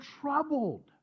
troubled